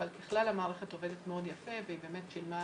אבל בכלל המערכת עובדת מאוד יפה והיא באמת שילמה